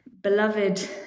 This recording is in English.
beloved